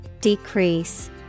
Decrease